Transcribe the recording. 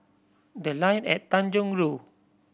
The Line at Tanjong Rhu